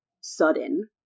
sudden